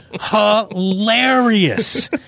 Hilarious